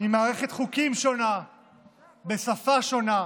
עם מערכת חוקים שונה ושפה שונה,